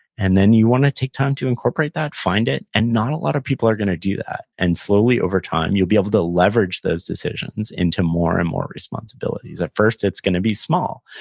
and then you wanna take time to incorporate that, find it, and not a lot of people are gonna do that, and, slowly, over time, you'll be able to leverage those decisions into more and more responsibilities. at first, it's gonna be small.